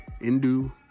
Indu